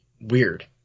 weird